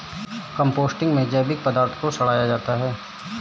composting में जैविक पदार्थ को सड़ाया जाता है